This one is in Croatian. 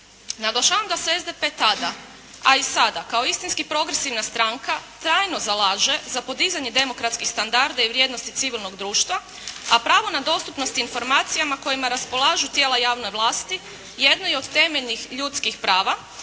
Naglašavam da se SDP tada, a i sada kao istinski progresivna stranka trajno zalaže za podizanje demokratskih standarda i vrijednosti civilnog društva, a pravo na dostupnost informacijama kojima raspolažu tijela javne vlasti jedno je od temeljnih ljudskih prava